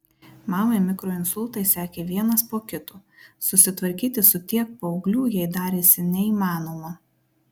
mamai mikroinsultai sekė vienas po kito susitvarkyti su tiek paauglių jai darėsi neįmanoma